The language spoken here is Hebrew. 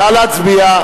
נא להצביע.